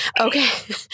Okay